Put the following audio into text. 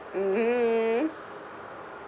mmhmm